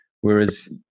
whereas